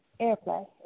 airplay